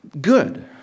good